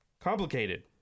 complicated